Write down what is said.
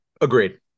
Agreed